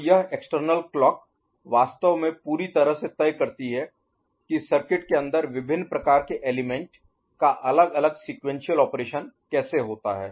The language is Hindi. तो यह एक्सटर्नल क्लॉक बाहरी घड़ी वास्तव में पूरी तरह से तय करती है कि सर्किट के अंदर विभिन्न प्रकार के एलिमेंट Element तत्वों का अलग अलग सीक्वेंशियल ऑपरेशन संचालन कैसे करता है